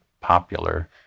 popular